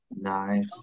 Nice